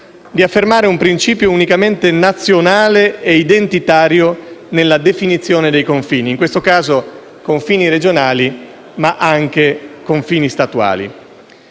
di affermare un principio unicamente nazionale e identitario nella definizione dei confini (in questo caso, confini regionali ma anche statuali).